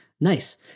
Nice